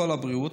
קול הבריאות,